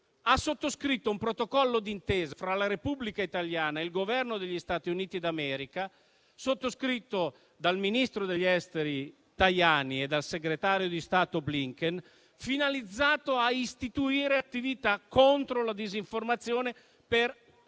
ha sottoscritto un protocollo d'intesa fra la Repubblica italiana e il Governo degli Stati Uniti d'America, sottoscritto dal ministro degli affari esteri Tajani e dal segretario di Stato Blinken, finalizzato a istituire attività contro la disinformazione per